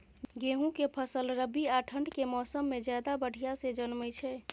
गेहूं के फसल रबी आ ठंड के मौसम में ज्यादा बढ़िया से जन्में छै?